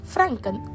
Franken